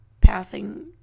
passing